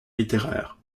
littéraires